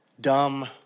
dumb